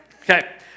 okay